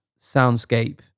soundscape